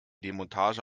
demontage